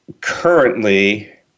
currently